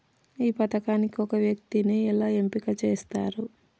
ఈ పథకానికి ఒక వ్యక్తిని ఎలా ఎంపిక చేస్తారు?